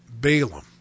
Balaam